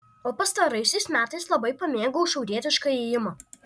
o pastaraisiais metais labai pamėgau šiaurietišką ėjimą